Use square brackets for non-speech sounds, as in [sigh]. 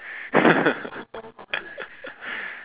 [laughs]